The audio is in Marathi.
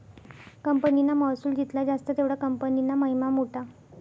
कंपनीना महसुल जित्ला जास्त तेवढा कंपनीना महिमा मोठा